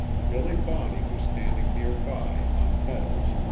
billy bonney was standing near by, on nettles,